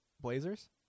Blazers